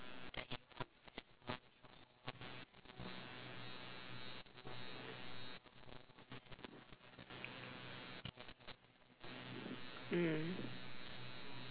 mm